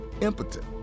impotent